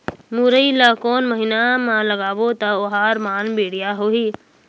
मुरई ला कोन महीना मा लगाबो ता ओहार मान बेडिया होही?